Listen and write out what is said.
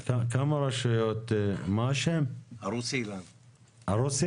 כמה רשויות יש לך, מר ערוסי?